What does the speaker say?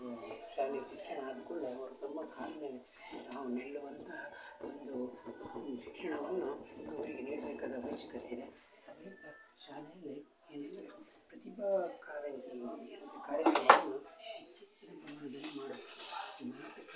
ಶಾಲೆ ಶಿಕ್ಷಣ ಅಂದಕೂಡ್ಲೆ ಅವ್ರು ತಮ್ಮ ಕಾಲ ಮೇಲೆ ತಾವು ನಿಲ್ಲುವಂತಹ ಒಂದು ಶಿಕ್ಷಣವನ್ನು ಅವರಿಗೆ ನೀಡಬೇಕಾದ ಅವಶ್ಯಕತೆಯಿದೆ ಆದ್ದರಿಂದ ಶಾಲೆಯಲ್ಲಿ ಏನಂದರೆ ಪ್ರತಿಭಾ ಕಾರಂಜಿ ಎಂದು ಕಾರ್ಯಕ್ರಮವನ್ನು ಮಾಡಬೇಕು